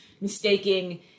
mistaking